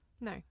No